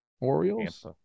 Orioles